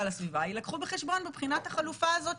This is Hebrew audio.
על הסביבה יילקחו בחשבון בבחינת החלופה הזאת,